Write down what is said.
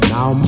Now